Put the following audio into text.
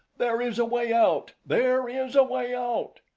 there is a way out! there is a way out!